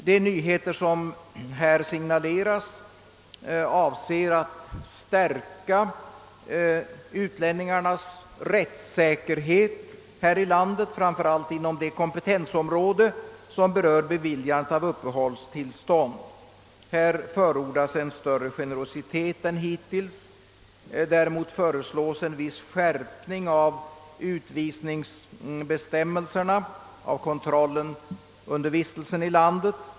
De nyheter som där signaleras avser att stärka utlänningarnas rättssäkerhet i vårt land, framför allt inom det kompetensområde som berör beviljandet av uppehållstillstånd. Det förordas därvid en större generositet än hittills. Däremot föreslås en viss skärpning av utvisningsbestämmelserna och kontrollen under vistelsen i landet.